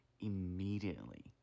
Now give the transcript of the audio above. immediately